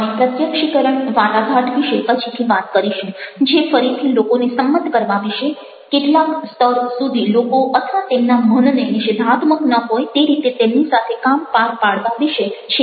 આપણે પ્રત્યક્ષીકરણ વાટાઘાટ વિશે પછીથી વાત કરીશું જે ફરીથી લોકોને સંમત કરવા વિશે કેટલાક સ્તર સુધી લોકો અથવા તેમના મનને નિષેધાત્મક ન હોય તે રીતે તેમની સાથે કામ પાર પાડવા વિશે છે